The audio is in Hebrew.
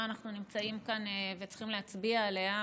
אנחנו נמצאים כאן וצריכים להצביע עליה,